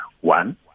One